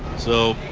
so,